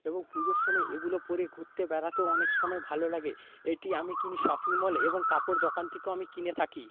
এবং পুজোর সময় এগুলো পরে ঘুরতে বেড়াতেও অনেক সময় ভালো লাগে এটি আমি কিনি শপিং মলে এবং কাপড় দোকান থেকেও আমি কিনে থাকি